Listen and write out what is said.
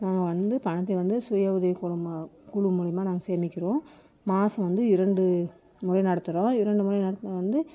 நாங்கள் வந்து பணத்தை வந்து சுய உதவிக் குழு குழு மூலமா நாங்கள் சேமிக்கிறோம் மாதம் வந்து இரண்டு முறை நடத்துகிறோம் இரண்டு முறை வந்து